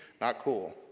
not cool.